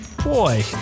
Boy